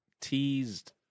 teased